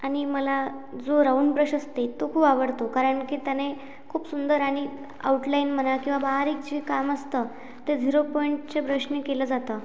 आणि मला जो राऊंड ब्रश असते तो खूप आवडतो कारण की त्याने खूप सुंदर आणि आउटलाईन म्हणा किंवा बारीक जे काम असतं ते झिरो पॉईंटचे ब्रशने केलं जातं